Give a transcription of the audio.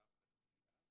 במהלך התביעה